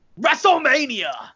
WrestleMania